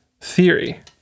theory